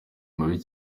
mabi